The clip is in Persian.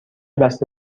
بسته